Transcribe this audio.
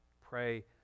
Pray